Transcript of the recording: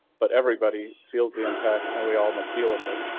but everybody feels the impact and we all must deal with it.